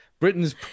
Britain's